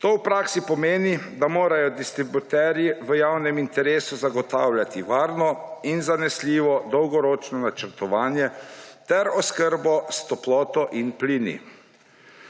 To v praksi pomeni, da morajo distributerji v javnem interesu zagotavljati varno in zanesljivo dolgoročno načrtovanje ter oskrbo s toploto in plini.